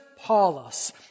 Paulus